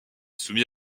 soumis